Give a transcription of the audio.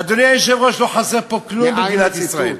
אדוני היושב-ראש, לא חסר פה כלום במדינת ישראל.